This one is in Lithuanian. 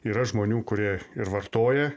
yra žmonių kurie ir vartoja